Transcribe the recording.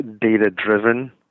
data-driven